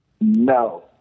No